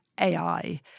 AI